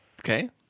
Okay